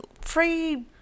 free